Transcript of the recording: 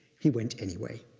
he went anyway.